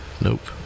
Nope